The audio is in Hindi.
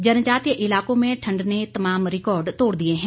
जनजातीय इलाकों में ठंड ने तमाम रिकॉर्ड तोड़ दिए हैं